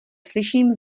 slyším